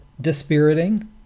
dispiriting